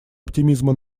оптимизма